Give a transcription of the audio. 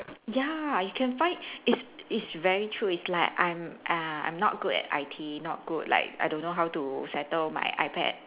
ya you can find it's it's very true it's like I'm uh I'm not good at I_T not good like I don't know how to settle my iPad